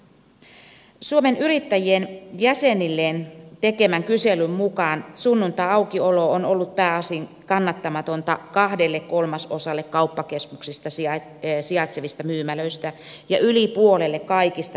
suomen yrittäjien jäsenilleen tekemän kyselyn mukaan sunnuntaiaukiolo on ollut pääosin kannattamatonta kahdelle kolmasosalle kauppakeskuksissa sijaitsevista myymälöistä ja yli puolelle kaikista myymälöistä